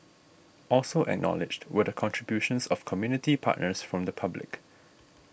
also acknowledged were the contributions of community partners from the public